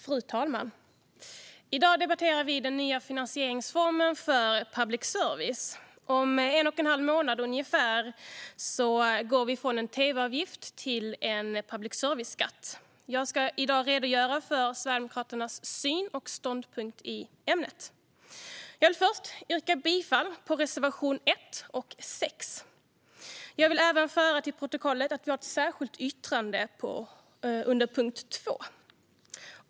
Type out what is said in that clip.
Fru talman! I dag debatterar vi den nya finansieringsformen för public service. Om ungefär en och en halv månad går vi från en tv-avgift till en public service-skatt. Jag ska i dag redogöra för Sverigedemokraternas syn och ståndpunkt i ämnet. Jag vill först yrka bifall till reservationerna 1 och 6. Jag vill även föra till protokollet att vi har ett särskilt yttrande under punkt 2.